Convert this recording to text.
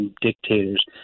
dictators